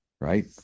right